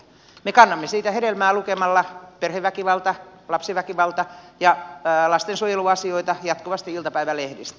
me kannamme siitä hedelmää lukemalla perheväkivalta lapsiväkivalta ja lastensuojeluasioista jatkuvasti iltapäivälehdistä